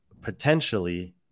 potentially